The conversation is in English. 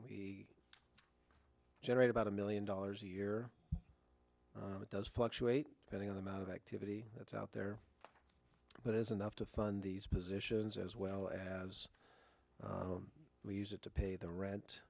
we generate about a million dollars a year it does fluctuate depending on the amount of activity that's out there but it is enough to fund these positions as well as we use it to pay the rent